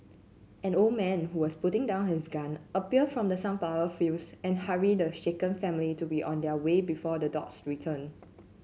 an old man who was putting down his gun appeared from the sunflower fields and hurried the shaken family to be on their way before the dogs return